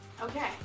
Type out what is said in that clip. Okay